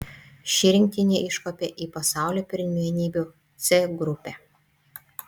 ši rinktinė iškopė į pasaulio pirmenybių c grupę